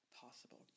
possible